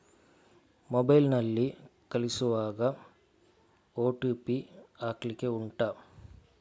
mobile ನಲ್ಲಿ ಹಣ ಕಳಿಸುವಾಗ ಓ.ಟಿ.ಪಿ ಹಾಕ್ಲಿಕ್ಕೆ ಉಂಟಾ